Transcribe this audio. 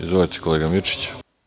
Izvolite kolega Mirčiću.